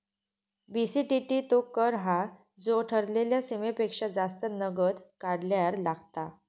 BCTT तो कर हा जो ठरलेल्या सीमेपेक्षा जास्त नगद काढल्यार लागता